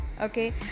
Okay